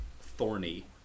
thorny